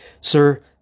Sir